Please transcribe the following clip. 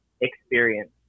experience